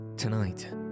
Tonight